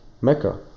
mecca